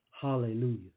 Hallelujah